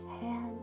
hand